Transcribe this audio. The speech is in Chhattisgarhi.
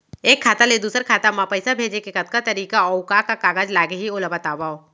एक खाता ले दूसर खाता मा पइसा भेजे के कतका तरीका अऊ का का कागज लागही ओला बतावव?